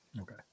Okay